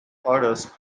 orders